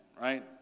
right